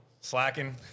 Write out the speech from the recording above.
Slacking